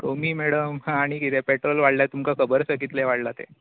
कमी मॅडम आनी कितें पॅट्रोल वाडलां तुमकां खबर आसा कितलें वाडला तें